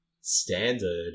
standard